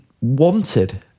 wanted